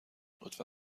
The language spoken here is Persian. لطفا